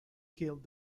killed